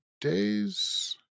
days